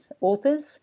authors